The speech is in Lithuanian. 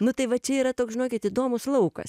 nu tai va čia yra toks žinokit įdomus laukas